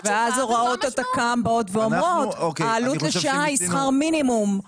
אז הוראות התק"ם באות ואומרות שהעלות לשעה היא שכר מינימום.